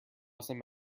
some